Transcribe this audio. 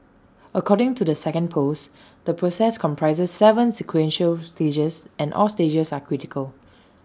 according to the second post the process comprises Seven sequential stages and all stages are critical